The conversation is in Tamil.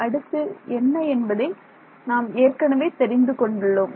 அடுத்து என்ன என்பதை நாம் ஏற்கனவே தெரிந்து கொண்டுள்ளோம்